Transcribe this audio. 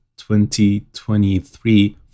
2023